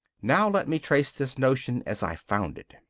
now let me trace this notion as i found it.